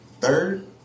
third